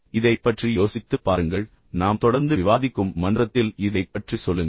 இதைப் பற்றி யோசித்துப் பாருங்கள் நாம் தொடர்ந்து விவாதிக்கும் மன்றத்தில் இதைப் பற்றி சொல்லுங்கள்